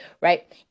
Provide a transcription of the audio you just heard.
right